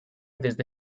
desde